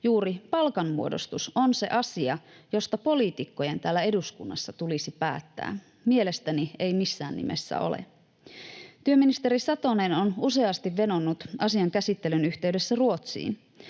juuri palkanmuodostus on se asia, josta poliitikkojen täällä eduskunnassa tulisi päättää? Mielestäni ei missään nimessä ole. Työministeri Satonen on useasti vedonnut asian käsittelyn yhteydessä Ruotsiin.